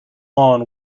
lawn